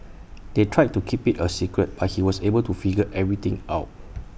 they tried to keep IT A secret but he was able to figure everything out